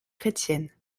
chrétienne